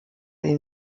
den